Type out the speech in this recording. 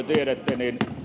tiedätte